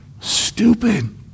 stupid